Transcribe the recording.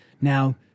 Now